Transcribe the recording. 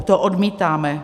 To odmítáme.